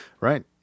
Right